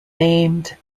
named